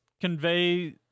convey